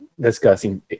discussing